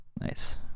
Nice